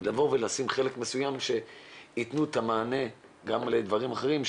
לבוא ולשים חלק מסוים שיתנו את המענה גם לדברים אחרים,